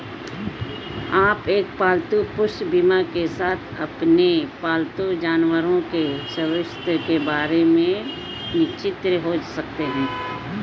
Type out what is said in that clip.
आप एक पालतू पशु बीमा के साथ अपने पालतू जानवरों के स्वास्थ्य के बारे में निश्चिंत हो सकते हैं